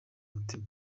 umutima